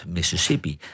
Mississippi